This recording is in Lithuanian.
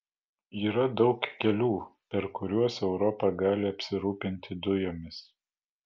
yra daug kelių per kuriuos europa gali apsirūpinti dujomis